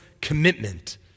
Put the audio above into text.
commitment